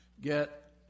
get